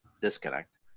disconnect